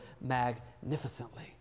magnificently